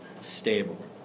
stable